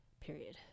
period